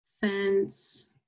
Fence